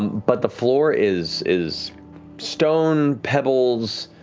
but the floor is is stone, pebbles,